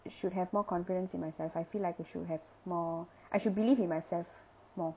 should have more confidence in myself I feel like I should have more I should believe in myself more